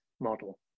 model